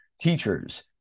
teachers